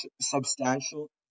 substantial